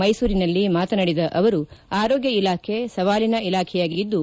ಮೈಸೂರಿನಲ್ಲಿ ಮಾತನಾಡಿದ ಅವರು ಆರೋಗ್ಯ ಇಲಾಖೆ ಸವಾಲಿನ ಇಲಾಖೆಯಾಗಿದ್ದು